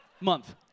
month